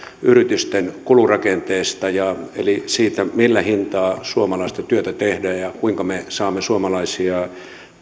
yritysten kulurakenteesta eli siitä millä hinnalla suomalaista työtä tehdään ja kuinka me saamme suomalaisia